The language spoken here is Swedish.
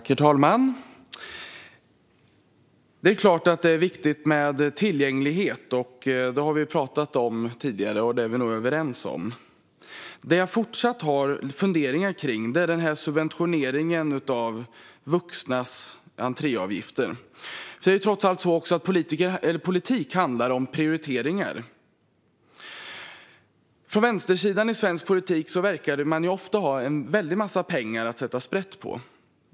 Herr talman! Det är klart att det är viktigt med tillgänglighet. Detta har vi pratat om tidigare, och det är vi nog överens om. Det som jag fortfarande har funderingar om är subventioneringen av vuxnas entréavgifter. Politik handlar trots allt om prioriteringar. På vänstersidan i svensk politik verkar man ofta ha en massa pengar att sätta sprätt på.